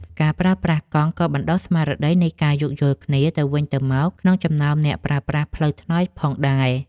ការប្រើប្រាស់កង់ក៏បណ្ដុះស្មារតីនៃការយោគយល់គ្នាទៅវិញទៅមកក្នុងចំណោមអ្នកប្រើប្រាស់ផ្លូវថ្នល់ផងដែរ។